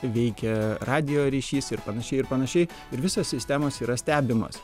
veikė radijo ryšys ir panašiai ir panašiai ir visos sistemos yra stebimos